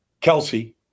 Kelsey